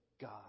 god